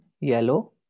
yellow